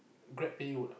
Grab pay you or not